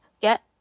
get